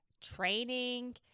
training